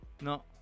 No